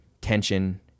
tension